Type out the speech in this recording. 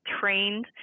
trained